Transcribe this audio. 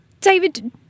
David